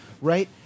right